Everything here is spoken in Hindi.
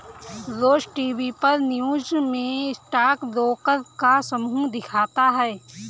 रोज टीवी पर न्यूज़ में स्टॉक ब्रोकर का समूह दिखता है